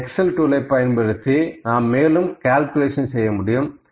இந்த Excel tool ஐ பயன்படுத்தி நாம் மேலும் கால்குலேஷன் செய்யமுடியும்